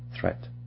threat